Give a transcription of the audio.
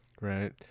right